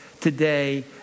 today